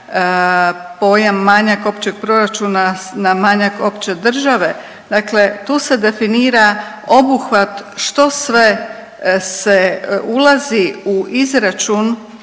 pojam manjak općeg proračuna na manjak opće države, dakle tu se definira obuhvat što sve ulazi u izračun